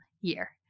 year